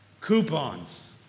Coupons